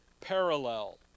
parallel